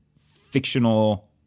fictional